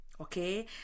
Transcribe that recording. okay